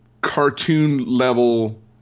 cartoon-level